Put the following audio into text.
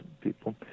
people